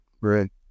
right